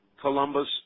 Columbus